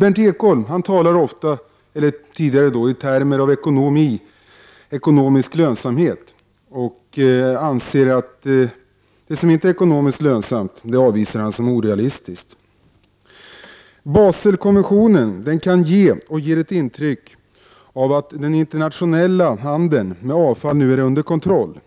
Berndt Ekholm talade förut om ekonomi och ekonomisk lönsamhet. Det som inte är ekonomiskt lönsamt avfärdade han som orealistiskt. Baselkonventionen kan ge och ger ett intryck av att den internationella handeln med avfall nu är under kontroll.